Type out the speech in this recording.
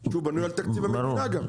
כי הוא בנוי על תקציב המדינה גם,